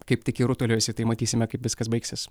kaip tik ir rutuliojasi tai matysime kaip viskas baigsis